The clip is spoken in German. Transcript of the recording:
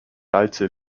allzu